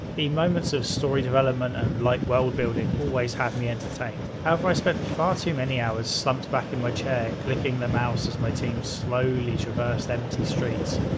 the moments of story development and light worldbuilding always had me entertained, however, i spent far too many hours slumped back in my chair clicking the mouse as my team slowly traversed empty streets.